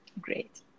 Great